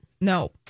no